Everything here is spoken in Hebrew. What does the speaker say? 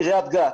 קריית גת,